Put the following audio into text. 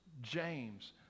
James